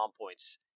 points